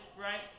right